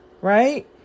right